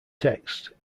text